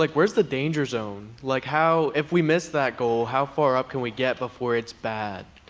like where's the danger zone? like how if we miss that goal, how far up can we get before it's bad?